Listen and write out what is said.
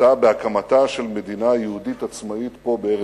התבטאה בהקמתה של מדינה יהודית עצמאית פה בארץ-ישראל.